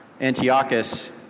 Antiochus